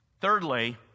Thirdly